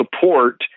support